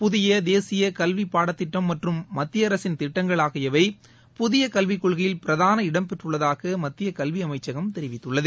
புதிய தேசிய கல்வி பாடத்திட்டம் மற்றும் மத்திய அரசின் திட்டங்கள் ஆகியவை புதிய கல்விக்கொள்கையில் பிரதான இடம்பெற்றுள்ளதாக மத்திய கல்வித்துறை அமைச்சகம் தெரிவித்துள்ளது